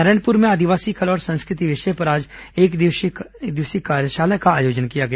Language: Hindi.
नारायणपुर में आदिवासी कला और संस्कृति विषय पर आज एकदिवसीय कार्यशाला का आयोजन किया गया